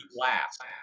Last